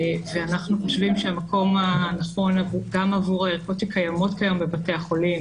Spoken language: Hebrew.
אנחנו חושבים שהמקום הנכון גם עבור הערכות שקיימות כיום בבתי החולים